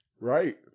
Right